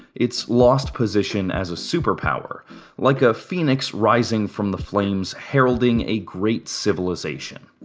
its lost position as a superpower like a phoenix rising from the flames, heralding a great civilisation.